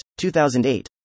2008